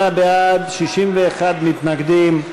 58 בעד, 61 מתנגדים.